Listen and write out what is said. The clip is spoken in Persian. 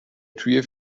توی